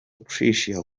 tricia